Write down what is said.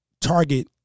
target